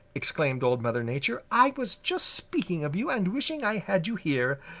exclaimed old mother nature. i was just speaking of you and wishing i had you here.